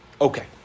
Okay